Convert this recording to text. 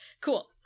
cool